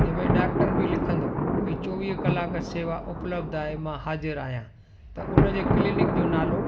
जीअं भई डॉक्टर बि लिखंदो भई चोवीह कलाक शेवा उपलब्ध आहे मां हाज़िरु आहियां त उन जे क्लिनिक जो नालो